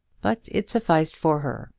but it sufficed for her,